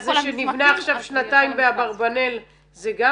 אז יש מבנה עכשיו שנתיים באברבנאל זה גם